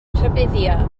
rhybuddio